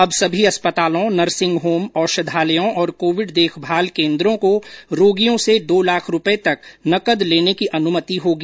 अब सभी अस्पतालों नर्सिंग होम औषधालयों और कोविड देखभाल केन्द्रों को रोगियों से दो लाख रूपये तक नकद लेने की अनुमति होगी